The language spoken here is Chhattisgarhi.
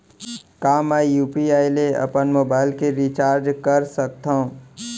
का मैं यू.पी.आई ले अपन मोबाइल के रिचार्ज कर सकथव?